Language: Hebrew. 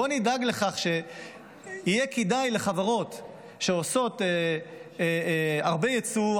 בואו נדאג לכך שיהיה כדאי לחברות שעושות הרבה יצוא,